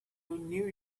new